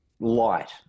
light